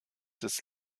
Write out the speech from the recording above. des